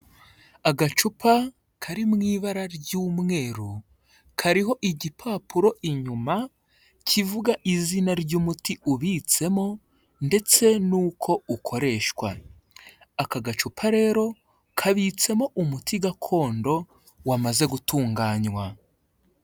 Agacupa kari mu ibara ry'umweru, kariho igipapuro inyuma kivuga izina ry'umuti ubitsemo ndetse n'uko ukoreshwa, aka gacupa rero kabitsemo umuti gakondo wamaze gutunganywa.